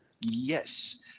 yes